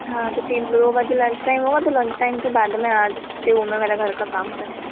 हाँ तो तीन दो बजे लंच टाइम होगा तो लंच टाइम के बाद मैं आती हूँ मैं मेरा घर का काम करके